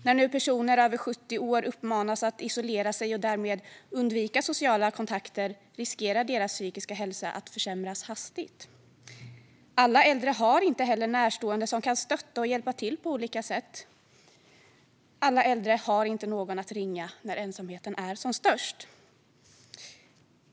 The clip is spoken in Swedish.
När nu personer över 70 år uppmanas att isolera sig och därmed undvika sociala kontakter riskerar deras psykiska hälsa att försämras hastigt. Alla äldre har inte heller närstående som kan stötta och hjälpa till på olika sätt. Alla äldre har inte någon att ringa när ensamheten är som störst.